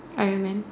Iron Man